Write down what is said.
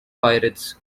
pirates